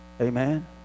Amen